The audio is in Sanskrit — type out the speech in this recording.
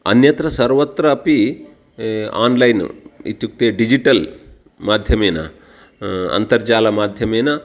अन्यत्र सर्वत्र अपि ओन्लैन् इत्युक्ते डिजिटल् माध्यमेन अन्तर्जालमाध्यमेन